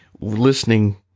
listening